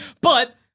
But-